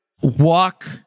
walk